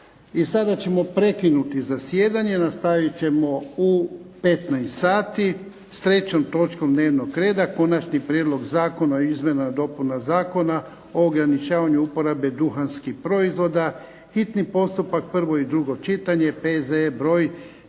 I sada ćemo prekinuti zasjedanje, nastavit ćemo u 15 sati, s trećom točkom dnevnog reda Konačni prijedlog zakona o izmjenama i dopunama Zakona o ograničavanju uporabe duhanskih proizvoda, hitni postupak, prvo i drugo čitanje, P.Z. br.